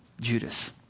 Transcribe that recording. Judas